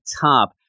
top